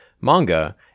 manga